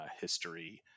History